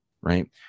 right